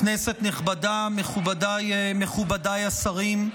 כנסת נכבדה, מכובדיי השרים,